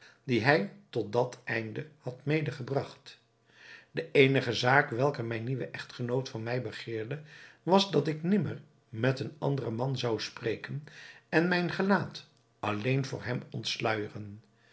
die hij tot dat einde had medegebragt de eenige zaak welke mijn nieuwe echtgenoot van mij begeerde was dat ik nimmer met een anderen man zou spreken en mijn gelaat alleen voor hem ontsluijeren